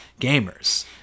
gamers